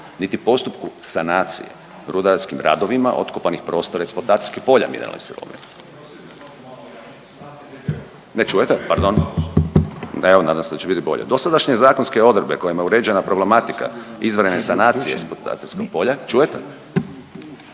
niti postupku sanacije rudarskim radovima otkopanih prostora eksploatacijskih polja mineralnih sirovina. Ne čujete, pardon, evo nadam se da će biti bolje. Dosadašnje zakonske odredbe kojima je uređena problematika izvanredne sanacije eksploatacijskog polja, čujete